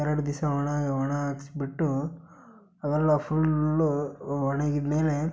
ಎರಡು ದಿವ್ಸ ಒಣ ಒಣಾಹಾಕ್ಸಿ ಬಿಟ್ಟು ಅವೆಲ್ಲ ಫುಲ್ಲು ಒಣಗಿದ ಮೇಲೆ